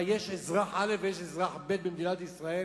מה, יש אזרח א' ואזרח ב' במדינת ישראל